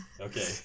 Okay